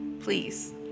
please